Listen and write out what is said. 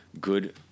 good